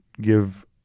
give